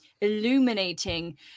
illuminating